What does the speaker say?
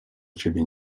ciebie